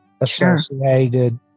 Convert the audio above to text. associated